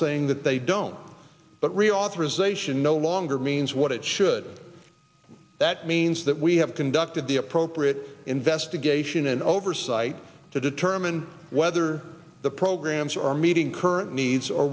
saying that they don't but reauthorization no longer means what it should that means that we have conducted the appropriate investigation and oversight to determine whether the programs are meeting current needs or